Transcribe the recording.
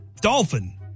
Dolphin